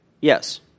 Yes